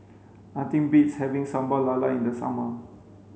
nothing beats having Sambal Lala in the summer